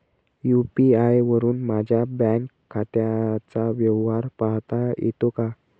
UPI वरुन माझ्या bank खात्याचा व्यवहार पाहता येतो का?